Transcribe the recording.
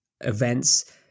events